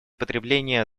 потребления